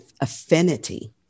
affinity